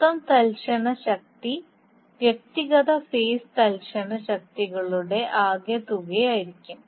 മൊത്തം തൽക്ഷണ ശക്തി വ്യക്തിഗത ഫേസ് തൽക്ഷണ ശക്തികളുടെ ആകെത്തുകയായിരിക്കും